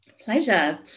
Pleasure